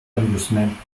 amusement